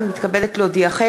הנני מתכבדת להודיעכם,